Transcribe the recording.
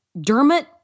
Dermot